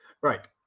Right